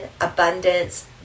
abundance